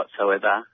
whatsoever